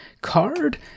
card